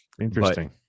Interesting